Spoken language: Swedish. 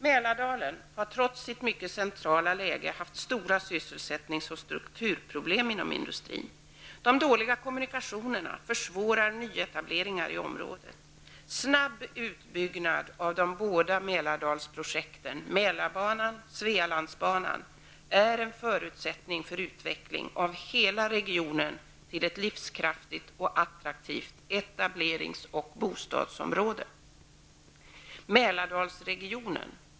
Mälardalen har trots sitt mycket centrala läge haft stora sysselsättnings och strukturproblem inom industrin. De dåliga kommunikationerna försvårar nyetableringar i området. Snabb utbyggnad av de båda Svealandsbanan -- är en förutsättning för utveckling av hela regionen till ett livskraftigt och attraktivt etablerings och bostadsområde.